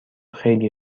خیلی